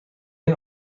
این